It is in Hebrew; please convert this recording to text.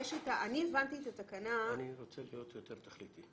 אני רוצה להיות יותר תכליתי.